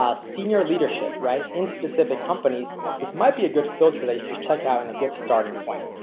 ah senior leadership right in specific companies. this might be a good filter that you should check out in a good starting point.